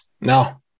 No